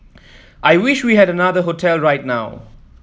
I wish we had another hotel right now